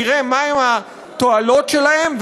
נראה מהן התועלות שלהם,